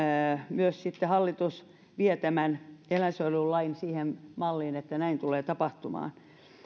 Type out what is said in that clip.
myös sitten hallitus vie tämän eläinsuojelulain siihen malliin että näin tulee tapahtumaan